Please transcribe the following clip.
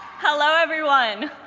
hello, everyone.